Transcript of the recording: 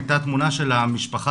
הייתה תמונה של המשפחה,